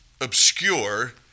obscure